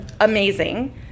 amazing